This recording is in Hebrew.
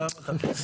צריכים.